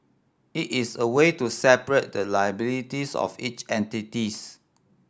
it is a way to separate the liabilities of each entities